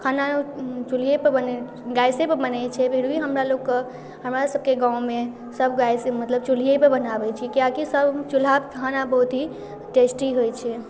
खाना चुल्हेपर बनै गैसेपर बनै छै फिर भी हमरा लोकके हमरासबके गाममे सब गैस मतलब चुल्हिएपर बनाबै छी कियाकि सब चुल्हापर खाना बहुत ही टेस्टी होइ छै